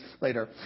later